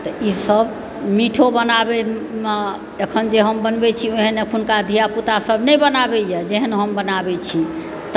तऽ ईसब मीठो बनाबयमे अखन जे हम बनबै छी ओहन अखनुका धिया पूता सब नहि बनाबैया जेहन हम बनाबै छी